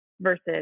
Versus